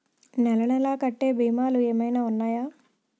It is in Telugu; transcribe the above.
నెల నెల కట్టే భీమాలు ఏమైనా ఉన్నాయా?